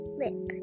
lip